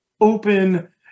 open